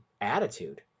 attitude